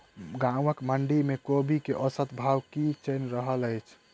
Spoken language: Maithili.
गाँवक मंडी मे कोबी केँ औसत भाव की चलि रहल अछि?